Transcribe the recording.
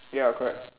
ya correct